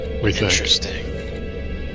Interesting